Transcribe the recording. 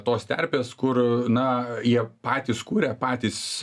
tos terpės kur na jie patys kuria patys